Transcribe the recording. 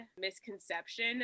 misconception